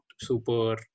super